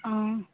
অঁ